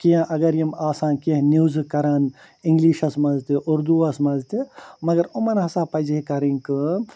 کیٚنٛہہ اگر یِم آسان کیٚنٛہہ نیوزٕ کَران اِنٛگلِشَس مَنٛز تہٕ اُردوَس مَنٛز تہِ مگر یِمن ہَسا پَزہے کرٕنۍ کٲم